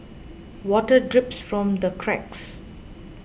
water drips from the cracks